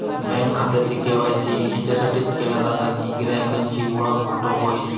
bank खात्याचे KYC याच्यासाठीच केले जाता कि गिरायकांची ओळख पटोक व्हयी